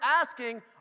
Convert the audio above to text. asking